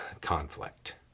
conflict